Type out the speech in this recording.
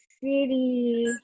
City